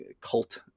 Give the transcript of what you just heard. cult